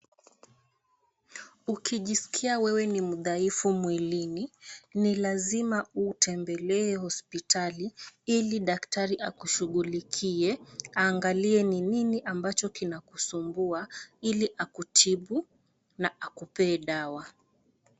Ukijiskia wewe ni mdhaifu mwilini, ni lazima utembelee hospitali, ili daktari akushugulikie, aangalie ni nini ambacho kinakusumbua, ili akutibu na akupe dawa.